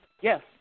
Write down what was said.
yes